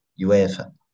UEFA